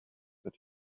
that